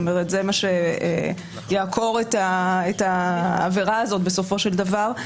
זה מה שיעקור את העבירה הזאת בסופו של דבר,